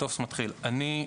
אני,